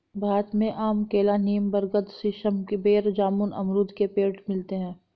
भारत में आम केला नीम बरगद सीसम बेर जामुन अमरुद के पेड़ मिलते है